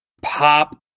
pop